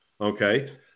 okay